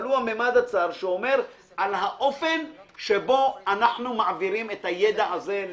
אבל הוא המימד הצר שאומר על האופן שבו אנחנו מעבירים את הידע הזה.